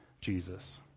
Jesus